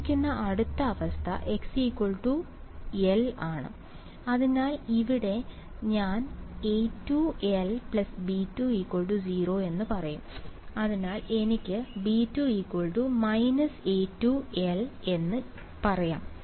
സംഭവിക്കുന്ന അടുത്ത അവസ്ഥ x l ആണ് അതിനാൽ ഇവിടെ ഞാൻ A2l B2 0 എന്ന് പറയും അതിനാൽ എനിക്ക് B2 − A2l എന്ന് പറയാം